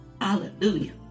Hallelujah